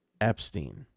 Epstein